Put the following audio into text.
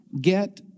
Get